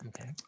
okay